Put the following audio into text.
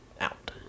out